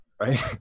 right